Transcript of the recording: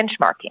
benchmarking